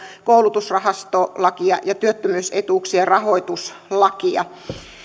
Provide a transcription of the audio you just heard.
koulutusrahasto lakia ja työttömyysetuuksien rahoituslakia